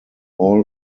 all